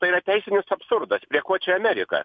tai yra teisinis absurdas prie ko čia amerika